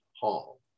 hall